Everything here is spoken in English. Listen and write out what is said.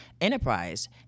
enterprise